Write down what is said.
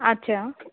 अच्छा